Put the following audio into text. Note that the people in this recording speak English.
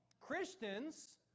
Christians